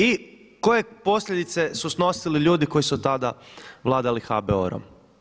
I koje posljedice su snosili ljudi koji su tada vladali HBOR-om?